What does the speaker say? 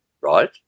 right